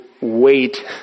wait